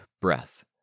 breath